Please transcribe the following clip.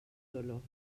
dolor